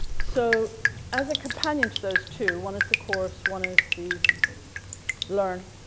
so as a companion to those two one is the course, one is the learn